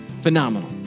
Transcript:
phenomenal